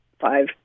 five